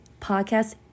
podcast